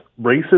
racist